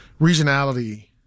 regionality